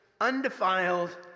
undefiled